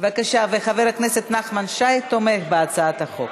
וחבר הכנסת נחמן שי תומך בהצעת החוק.